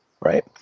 Right